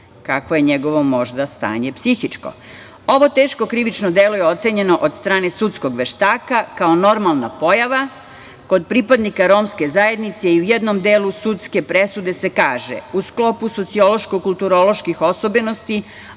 kakvo je njegovo stanje psihičko. Ovo teško krivično delo je ocenjeno od strane sudskog veštaka kao normalna pojava kod pripadnika romske zajednice i u jednom delu sudske presude se kaže – u sklopu sociološko-kulturoloških osobenosti